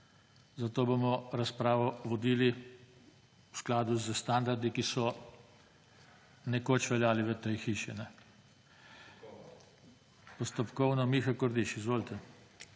Zato bomo razpravo vodili v skladu s standardi, ki so nekoč veljali v tej hiši. Postopkovno, Miha Kordiš. Izvolite.